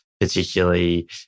particularly